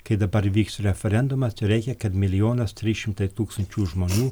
kai dabar vyks referendumas reikia kad milijonas trys šimtai tūkstančių žmonių